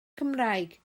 cymraeg